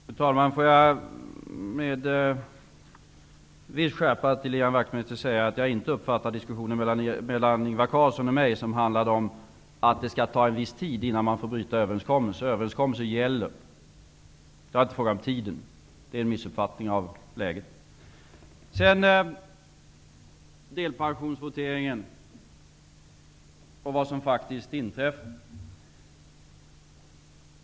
Fru talman! Får jag med viss skärpa säga till Ian Wachtmeister att jag inte uppfattar diskussionen mellan Ingvar Carlsson och mig så, att det skall gå en viss tid innan man får bryta överenskommelser. Överenskommelser gäller. Det är inte fråga om tiden. Att tro det är en missuppfattning av läget. Jag vill tala om delpensionsvoteringen och om vad som faktiskt inträffade.